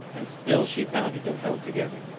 and still she pounded and held together.